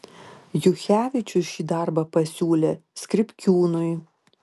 juchevičius šį darbą pasiūlė skripkiūnui